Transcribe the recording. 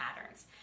patterns